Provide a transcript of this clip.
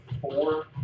four